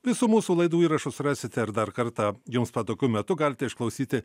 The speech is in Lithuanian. visų mūsų laidų įrašus rasite ir dar kartą jums patogiu metu galite išklausyti